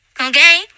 okay